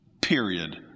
Period